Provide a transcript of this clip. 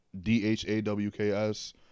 D-H-A-W-K-S